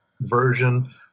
version